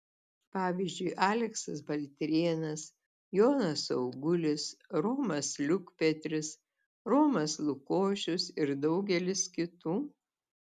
pavyzdžiui aleksas baltrėnas jonas augulis romas liukpetris romas lukošius ir daugelis kitų